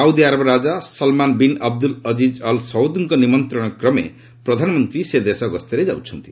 ସାଉଦିଆରବ ରାଜା Salman bin Abdulaziz Al ସଉଦ୍ଙ୍କ ନିମନ୍ତ୍ରଣ କ୍ରମେ ପ୍ରଧାନମନ୍ତ୍ରୀ ସେ ଦେଶ ଗସ୍ତରେ ଯାଉଛନ୍ତି